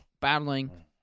Battling